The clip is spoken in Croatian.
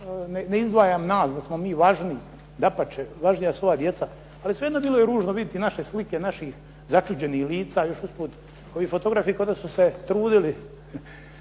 Ne izdvajam nas da smo mi važniji, dapače, važnija su ova djeca, svejedno bilo je ružno vidjeti naše slike naših začuđenih lica, ovi fotografi koji su se trudili